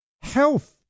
health